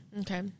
Okay